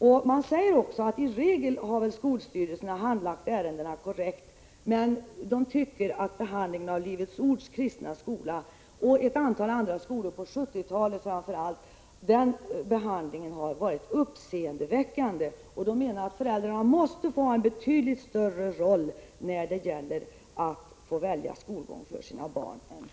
Där anser man också att skolstyrelserna i regel har handlagt ärendena korrekt, men att behandlingen av Livets ords kristna skola och ett antal andra skolor, framför allt på 1970-talet, har varit uppseendeväckande. Man menar att föräldrarna måste få ha en betydligt större roll när det gäller att välja skolgång för sina barn än hittills.